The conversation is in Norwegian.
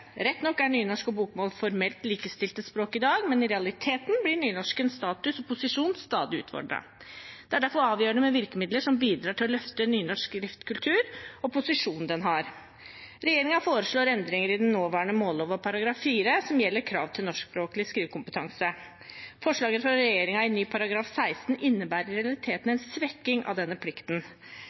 Rett nok er nynorsk og bokmål formelt likestilte språk i dag, men i realiteten blir nynorskens status og posisjon stadig utfordret. Det er derfor avgjørende med virkemidler som bidrar til å løfte nynorsk skriftkultur og posisjonen den har. Regjeringen foreslår endringer i den nåværende målloven § 4, som gjelder krav til norskspråklig skrivekompetanse. Forslaget fra regjeringen i ny § 16 innebærer i realiteten en svekking av denne plikten.